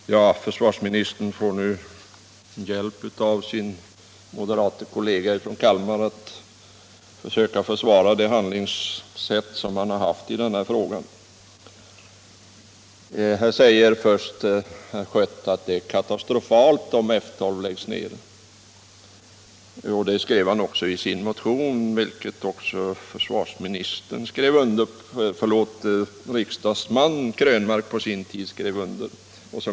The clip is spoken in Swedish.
Herr talman! Försvarsministern får nu av sin moderate kollega från Kalmar hjälp med att försöka försvara handlingssättet när det gäller denna fråga. Herr Schött sade att det är katastrofalt om F 12 läggs ner. Det skrev han också i sin motion, som även riksdagsmannen Krönmark på sin tid skrev på.